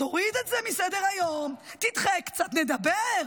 תוריד את זה מסדר-היום, תדחה קצת ונדבר.